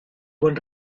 buen